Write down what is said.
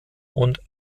und